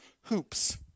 hoops